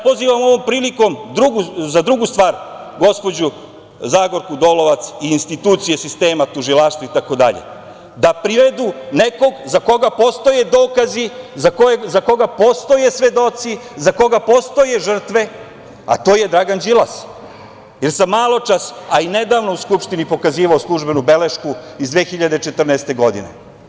Pozivam ovom prilikom za drugu stvar gospođu Zagorku Dolovac i institucije sistema, tužilaštvo itd. da privedu nekog za koga postoje dokazi, za koga postoje svedoci, za koga postoje žrtve, a to je Dragana Đilas, jer sam maločas, a i nedavno u Skupštini pokazivao službenu belešku iz 2014. godine.